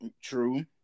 True